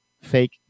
fake